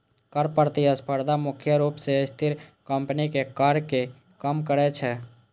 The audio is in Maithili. कर प्रतिस्पर्धा मुख्य रूप सं अस्थिर कंपनीक कर कें कम करै छै